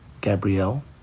Gabrielle